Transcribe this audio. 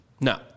No